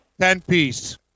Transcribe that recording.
Ten-piece